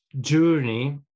journey